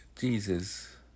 Jesus